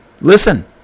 Listen